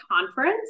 conference